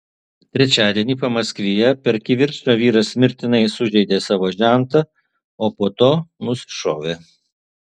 trečiadienį pamaskvyje per kivirčą vyras mirtinai sužeidė savo žentą o po to nusišovė